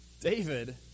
David